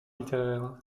littéraire